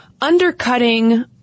undercutting